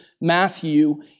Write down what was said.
Matthew